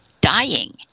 dying